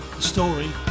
Story